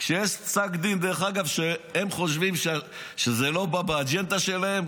כשיש פסק דין שהם חושבים שזה לא בא באג'נדה שלהם,